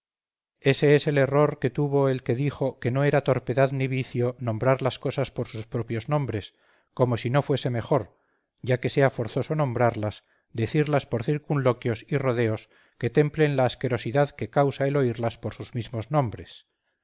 ése es el error que tuvo el que dijo que no era torpedad ni vicio nombrar las cosas por sus propios nombres como si no fuese mejor ya que sea forzoso nombrarlas decirlas por circunloquios y rodeos que templen la asquerosidad que causa el oírlas por sus mismos nombres